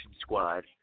squad